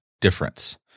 difference